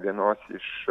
vienos iš